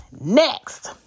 Next